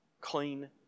clean